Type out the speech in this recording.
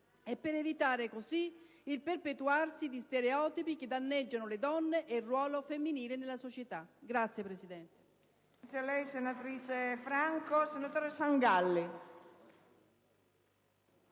e per evitare così il perpetuarsi di stereotipi che danneggiano le donne e il ruolo femminile nella società. *(Applausi